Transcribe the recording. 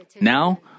Now